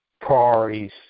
priorities